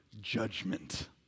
judgment